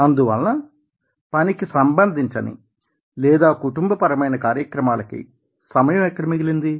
అందువలన పనికి సంబంధించని లేదా కుటుంబపరమైన కార్యక్రమాలకి సమయం ఎక్కడ మిగిలింది